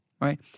right